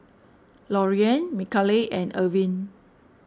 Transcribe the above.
Loriann Micaela and Irvine